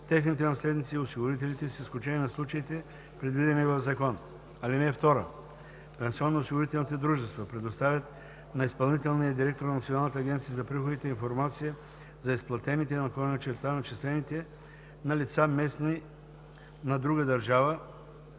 техните наследници и осигурителите, с изключение на случаите, предвидени в закон. (2) Пенсионноосигурителните дружества предоставят на изпълнителния директор на Националната агенция за приходите информация за изплатените/начислените на лица, местни на друга държава